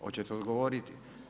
Hoćete odgovoriti?